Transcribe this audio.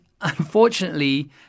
unfortunately